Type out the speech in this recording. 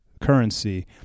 currency